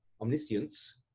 omniscience